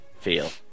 feel